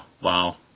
wow